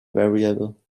variable